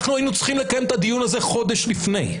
אנחנו היינו צריכים לקיים את הדיון הזה חודש לפני,